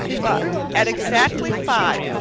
but at exactly five,